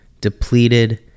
depleted